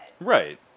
Right